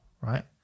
right